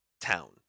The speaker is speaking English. town